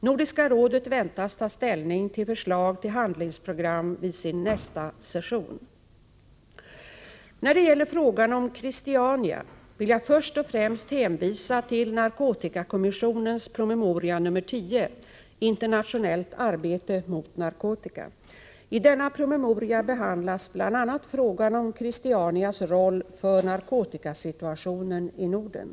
Nordiska rådet väntas ta ställning till förslag till handlingsprogram vid sin nästa session. När det gäller frågan om Christiania vill jag först och främst hänvisa till narkotikakommissionens promemoria nr 10, Internationellt arbete mot narkotika. I denna promemoria behandlas bl.a. frågan om Christianias roll för narkotikasituationen i Norden.